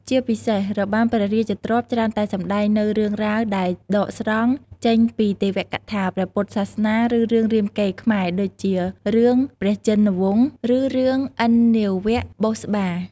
ជាពិសេស របាំព្រះរាជទ្រព្យច្រើនតែសម្ដែងនូវ រឿងរ៉ាវដែលដកស្រង់ចេញពីទេវកថា ព្រះពុទ្ធសាសនា ឬរឿងរាមកេរ្តិ៍ខ្មែរ ដូចជា រឿងព្រះជិនវង្ស ឬរឿងឥណាវបុស្សបា។